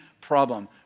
problem